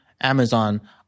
Amazon